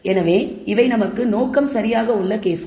எனவே இவை நமக்கு நோக்கம் சரியாக உள்ள கேஸ்கள்